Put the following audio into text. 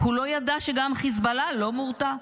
הוא לא ידע שגם חיזבאללה לא מורתע,